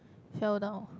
fell down